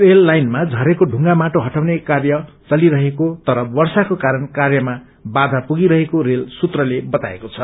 rail लाइनमा झरेको ढुंगा माटो हटाउने कार्य चलिरहेको तर वर्षको कारण कार्यमा बाघा पुगिरहेको रेल सूत्रले बताएको छ